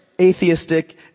atheistic